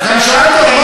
גם שאלת,